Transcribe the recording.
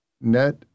net